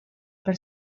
per